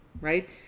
right